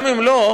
גם אם לא,